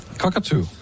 Cockatoo